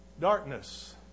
darkness